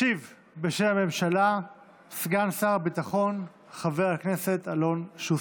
ישיב בשם הממשלה סגן שר הביטחון חבר הכנסת אלון שוסטר.